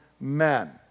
men